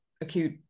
acute